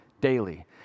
daily